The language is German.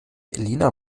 elina